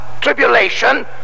tribulation